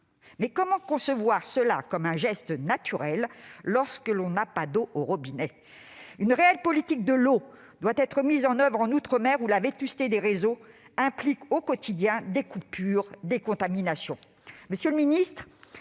comment en faire un geste naturel lorsque l'on n'a pas d'eau au robinet ? Une réelle politique de l'eau doit être mise en oeuvre en outre-mer, où la vétusté des réseaux entraîne, au quotidien, des coupures et des contaminations. Monsieur le ministre,